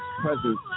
Presence